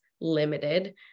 limited